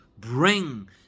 bring